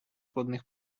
складних